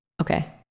Okay